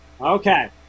Okay